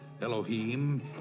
Elohim